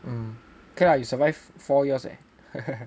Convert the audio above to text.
okay lah !wah! you survive four years leh